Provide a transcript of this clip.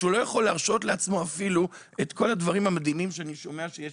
שבו הוא לא יכול להרשות לעצמו את כל הדברים המדהימים שאני שומע שיש,